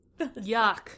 Yuck